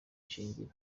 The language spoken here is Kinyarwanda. ishingiro